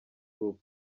group